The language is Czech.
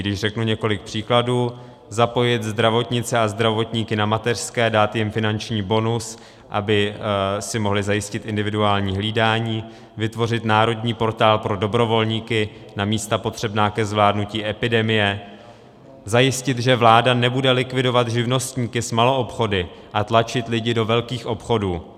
Když řeknu několik příkladů, zapojit zdravotníky a zdravotnice na mateřské, dát jim finanční bonus, aby si mohli zajistit individuální hlídání, vytvořit národní portál pro dobrovolníky na místa potřebná ke zvládnutí epidemie, zajistit, že vláda nebude likvidovat živnostníky s maloobchody a tlačit lidi do velkých obchodů.